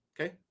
Okay